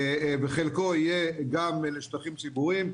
וחלקו יהיה גם שטחים ציבוריים,